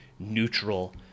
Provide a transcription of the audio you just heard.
neutral